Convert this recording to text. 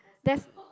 there's